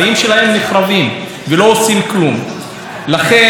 לכן אני פונה מפה,